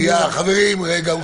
רגע.